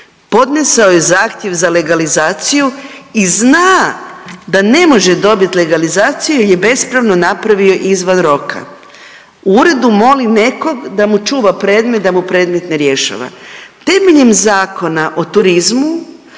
podnesao je zahtjev za legalizaciju i zna da ne može dobit legalizaciju jel je bespravno napravio izvan roka, u uredu moli nekog da mu čuva predmet, da mu predmet ne rješava. Temeljem Zakona o turizmu